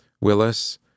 Willis